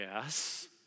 yes